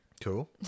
Cool